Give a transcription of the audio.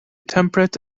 temperate